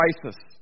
crisis